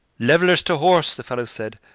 levelers, to horse the fellow said.